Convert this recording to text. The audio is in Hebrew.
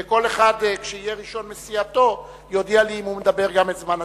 וכל אחד שיהיה ראשון מסיעתו יאמר לי אם הוא מדבר גם את זמן הסיעה.